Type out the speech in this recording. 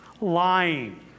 Lying